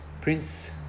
Prince